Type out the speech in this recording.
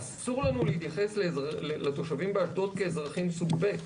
אסור לנו להתייחס לתושבים באשדוד כאזרחים סוג ב'.